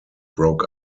broke